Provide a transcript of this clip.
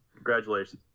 Congratulations